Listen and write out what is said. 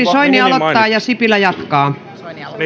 soini aloittaa ja sipilä jatkaa